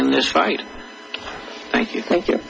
in this fight thank you thank you